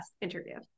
interview